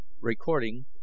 Recording